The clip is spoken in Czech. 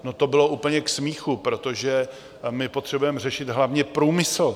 No to bylo úplně k smíchu, protože my potřebujeme řešit hlavně průmysl.